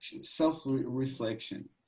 self-reflection